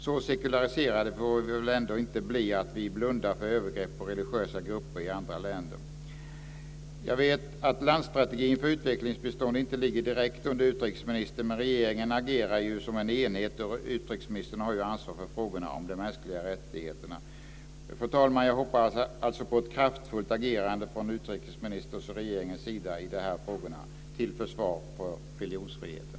Så sekulariserade får vi väl ändå inte bli att vi blundar för övergrepp på religiösa grupper i andra länder. Jag vet att landstrategin för utvecklingsbistånd inte ligger direkt under utrikesministern, men regeringen agerar ju som en enhet och utrikesministern har ansvar för frågorna om de mänskliga rättigheterna. Fru talman! Jag hoppas alltså på ett kraftfullt agerande från utrikesministerns och regeringens sida i de här frågorna till försvar för religionsfriheten.